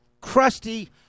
crusty